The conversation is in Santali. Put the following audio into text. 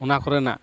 ᱚᱱᱟ ᱠᱚᱨᱮᱱᱟᱜ